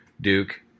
Duke